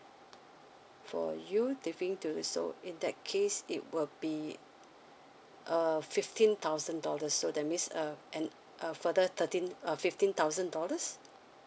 for you tipping to so in that case it will be uh fifteen thousand dollars so that means uh and a further thirteen uh fifteen thousand dollars